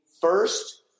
first